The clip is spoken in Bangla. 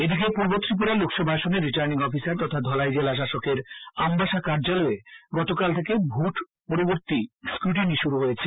এদিকে পূর্ব ত্রিপুরা লোকসভা আসনে রিটার্নিং অফিসার তথা ধলাইজেলা শাসকের আমবাসা কার্যালয়ে গতকাল থেকে ভোট পরবর্তী স্কুটিনি শুরু হয়েছে